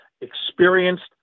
experienced